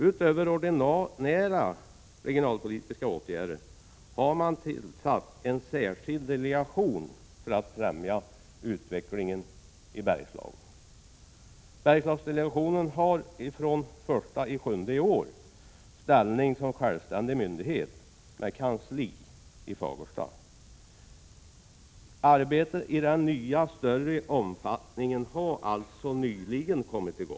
Utöver ordinära regionalpolitiska åtgärder har man tillsatt en särskild delegation för att främja utvecklingen i Bergslagen. Bergslagsdelegationen har sedan den 1 juli i år ställning som självständig myndighet med kansli i Fagersta. Arbetet i den nya, större omfattningen har alltså nyligen kommit i gång.